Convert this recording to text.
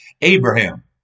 Abraham